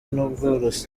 n’ubworozi